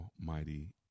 almighty